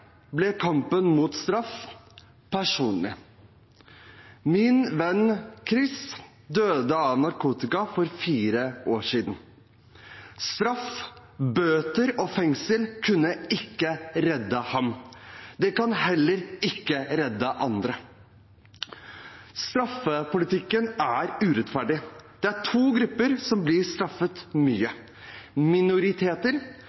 ble kampen mot straff personlig. Min venn Chris døde av narkotika for fire år siden. Straff, bøter og fengsel kunne ikke redde ham. Det kan heller ikke redde andre. Straffepolitikken er urettferdig. Det er to grupper som blir straffet